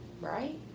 Right